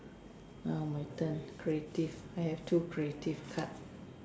now my turn creative I have two creative card